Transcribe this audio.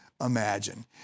imagine